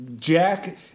Jack